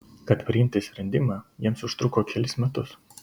kad priimti sprendimą jiems užtruko kelis metus